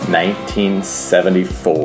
1974